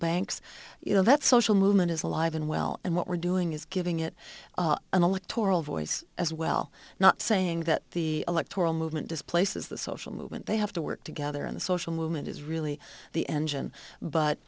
banks you know that social movement is alive and well and what we're doing is giving it an electoral voice as well not saying that the electoral movement displaces the social movement they have to work together in the social movement is really the engine but